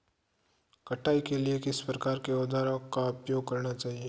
कटाई के लिए किस प्रकार के औज़ारों का उपयोग करना चाहिए?